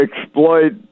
exploit